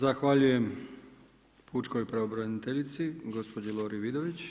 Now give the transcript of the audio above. Zahvaljujem pučkoj pravobraniteljici gospođi Lori Vidović.